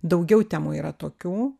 daugiau temų yra tokių